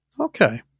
Okay